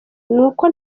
n’uko